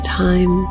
time